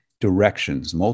directions